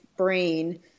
brain